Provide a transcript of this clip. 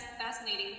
fascinating